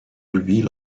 reveal